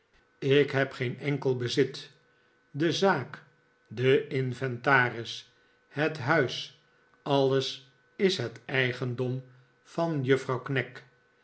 k heb geen enkel bezit de zaak de inventaris het huis alles is het eigendom van juffrouw